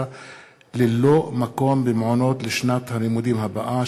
ללא מקום במעונות לשנת הלימודים הבאה,